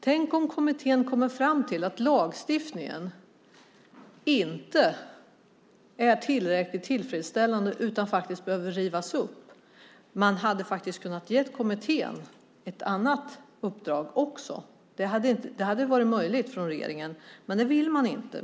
Tänk om kommittén kommer fram till att lagstiftningen inte är tillräckligt tillfredsställande utan faktiskt behöver rivas upp. Man hade faktiskt kunnat ge kommittén ett annat uppdrag också. Det hade varit möjligt för regeringen. Men det vill man inte.